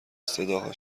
صداها